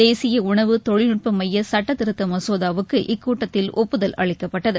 தேசிய உணவு தொழில்நுட்ப மைய சட்டத்திருத்த மசோதாவுக்கு இக்கூட்டத்தில் ஒப்புதல் அளிக்கப்பட்டகு